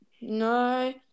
No